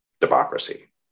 democracy